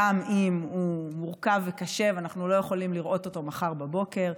גם אם הוא מורכב וקשה ואנחנו לא יכולים לראות אותו מחר בבוקר.